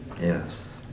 Yes